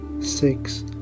six